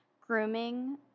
grooming